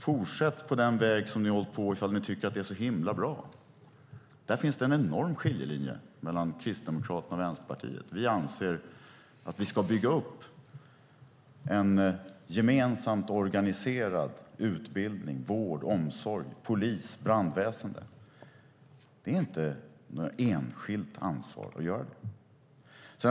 Fortsätt på den väg som ni har slagit in på, om ni tycker att den är så himla bra! Där finns det en enorm skiljelinje mellan Kristdemokraterna och Vänsterpartiet. Vi anser att vi ska bygga upp och gemensamt organisera utbildning, vård, omsorg, polis och brandväsen. Det är inte något enskilt ansvar att göra det.